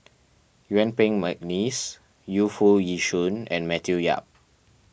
Yuen Peng McNeice Yu Foo Yee Shoon and Matthew Yap